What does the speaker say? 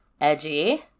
edgy